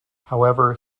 however